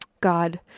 God